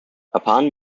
upon